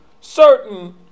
certain